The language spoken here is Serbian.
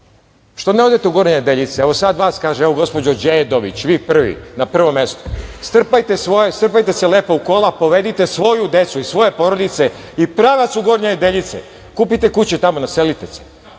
Što ne odete u Gornje Nedeljice? Evo, gospođo Đedović, vi na prvom mestu. Strpajte se lepo u kola, povedite svoju decu i svoje porodice i pravac u Gornje Nedeljice. Kupite kuće tamo, naselite se